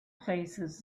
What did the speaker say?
places